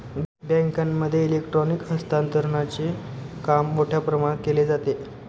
बँकांमध्ये इलेक्ट्रॉनिक हस्तांतरणचे काम मोठ्या प्रमाणात केले जाते